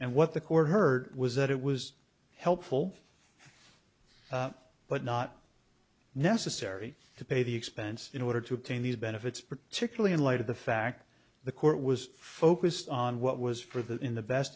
and what the court heard was that it was helpful but not necessary to pay the expense in order to obtain these benefits particularly in light of the fact the court was focused on what was for the in the best